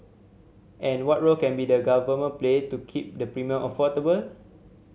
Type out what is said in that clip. and what role can be the Government play to keep the premium affordable